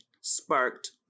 sparked